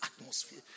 atmosphere